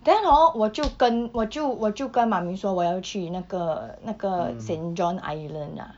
then hor 我就跟我就我就跟妈咪说我要去那个那个 saint john island ah